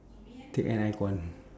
take an icon